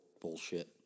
bullshit